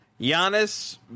Giannis